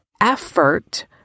effort